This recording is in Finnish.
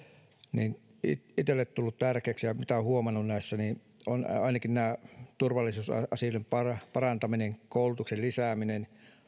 ovat itselle tulleet tärkeiksi ja mitä olen huomannut ovat ainakin turvallisuusasioiden parantaminen koulutuksen lisääminen